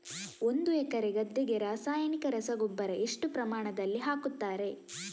ಒಂದು ಎಕರೆ ಗದ್ದೆಗೆ ರಾಸಾಯನಿಕ ರಸಗೊಬ್ಬರ ಎಷ್ಟು ಪ್ರಮಾಣದಲ್ಲಿ ಹಾಕುತ್ತಾರೆ?